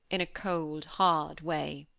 in a cold hard way.